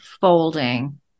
folding